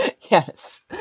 Yes